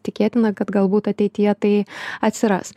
tikėtina kad galbūt ateityje tai atsiras